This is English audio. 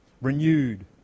renewed